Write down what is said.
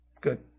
good